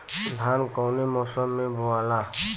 धान कौने मौसम मे बोआला?